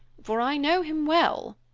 for i know him well.